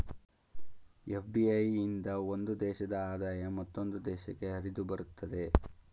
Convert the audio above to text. FDI ಇಂದ ಒಂದು ದೇಶದ ಆದಾಯ ಮತ್ತೊಂದು ದೇಶಕ್ಕೆ ಹರಿದುಬರುತ್ತದೆ